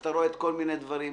ואתה רואה כל מיני דברים,